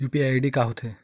UPI ID का होथे?